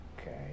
okay